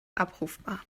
abrufbar